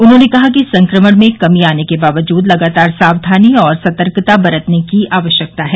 उन्होंने कहा कि संक्रमण में कमी आने के बावजूद लगातार सावधानी और सतर्कता बरतने की आवश्यकता है